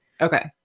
Okay